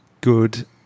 good